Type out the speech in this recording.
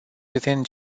within